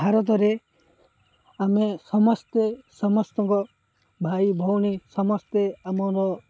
ଭାରତରେ ଆମେ ସମସ୍ତେ ସମସ୍ତଙ୍କ ଭାଇ ଭଉଣୀ ସମସ୍ତେ ଆମର